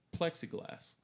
plexiglass